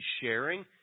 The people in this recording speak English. sharing